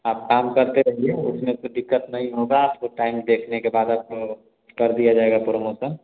आप काम करते रहिए उसमें कुछ दिक्कत नहीं होगी आपको टाइम देखने के बाद आपको कर दिया जाएगा प्रमोसन